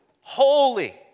holy